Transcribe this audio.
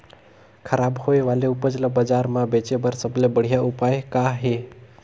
खराब होए वाले उपज ल बाजार म बेचे बर सबले बढ़िया उपाय का हे?